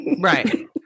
Right